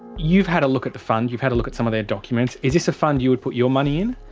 you've had a look at the fund, you've had a look at some of their documents, is this a fund you would put your money in?